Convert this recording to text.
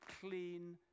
clean